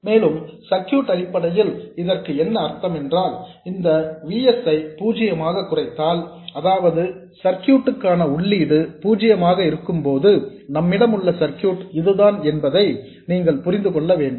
மேலும் சர்க்யூட் அடிப்படையில் இதற்கு என்ன அர்த்தம் இந்த V s ஐ பூஜ்யமாக குறைத்தால் அதாவது சர்க்யூட் க்கான உள்ளீடு பூஜ்யமாக இருக்கும்போது நம்மிடமுள்ள சர்க்யூட் இதுதான் என்பதை நீங்கள் புரிந்து கொள்ள வேண்டும்